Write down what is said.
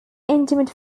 intimate